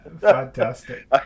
fantastic